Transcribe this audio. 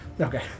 Okay